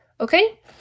Okay